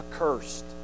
accursed